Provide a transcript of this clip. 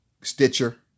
Stitcher